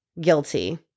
guilty